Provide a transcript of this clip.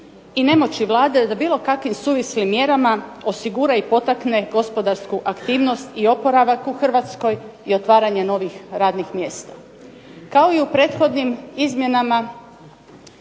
i nemoći Vlade da bilo kakvim suvislim mjerama osigura i potakne gospodarsku aktivnost i oporavak u Hrvatskoj i otvaranje novih radnih mjesta. Kao i u prethodnim izmjenama